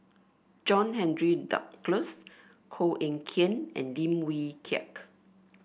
John Henry Duclos Koh Eng Kian and Lim Wee Kiak